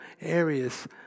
areas